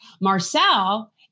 Marcel